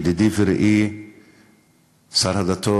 ידידי ורעי שר הדתות,